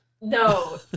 No